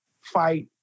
fight